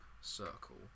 circle